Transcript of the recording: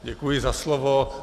Děkuji za slovo.